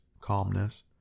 calmness